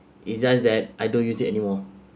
it's just that I don't use it anymore